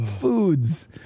Foods